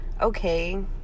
okay